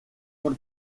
por